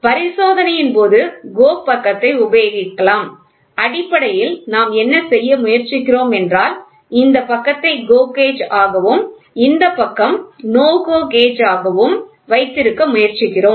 பரிசோதனையின் போது GO பக்கத்தை உபயோகிக்கலாம் அடிப்படையில் நாம் என்ன செய்ய முயற்சிக்கிறோம் என்றால் இந்த பக்கத்தை GO கேஜ் ஆகவும் இந்த பக்கம் NO GO கேஜ் ஆகவும் வைத்திருக்க முயற்சிக்கிறோம்